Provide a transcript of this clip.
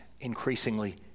increasingly